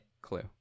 clue